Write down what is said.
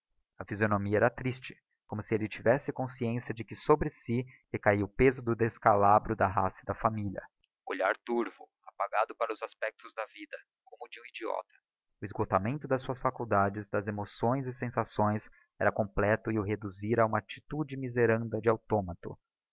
a physionomia era triste como si elle tivesse consciência de que sobre si recahia o peso do descalabro da raça e da familia o olhar turvo apagado para os aspectos da vida como o de um idiota o exgottamento das suas faculdades das emoções e sensações era completo e o reduzira a uma attitude miseranda de autómato